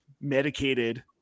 medicated